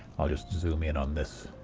i'll just zoom in on this